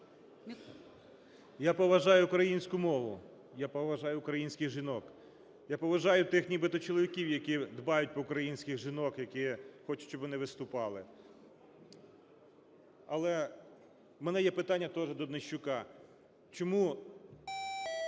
Я поважаю українську мову, я поважаю українських жінок, я поважаю тих нібито чоловіків, які дбають про українських жінок, які хочуть, щоб вони виступали. Але в мене є питання теж доНищука. Чому